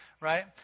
right